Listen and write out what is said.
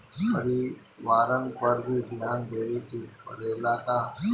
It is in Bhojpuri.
परिवारन पर भी ध्यान देवे के परेला का?